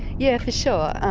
yeah, for sure.